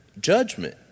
judgment